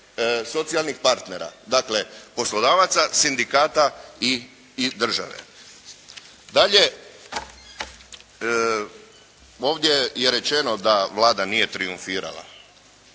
socijalnih partnera, dakle poslodavaca, sindikata i države. Dalje, ovdje je rečeno da Vlada nije trijumfirala.